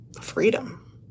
freedom